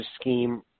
scheme